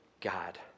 God